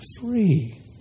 free